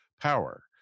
power